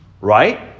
right